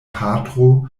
patro